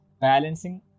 balancing